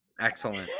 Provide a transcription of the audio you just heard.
Excellent